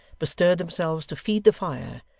bestirred themselves to feed the fire,